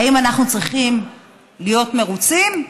האם אנחנו צריכים להיות מרוצים,